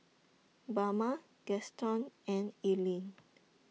Bama Gaston and Eleni